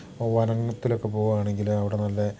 ഇപ്പോൾ വനത്തിലൊക്കെ പോവുകയാണെങ്കിൽ അവിടെ നല്ല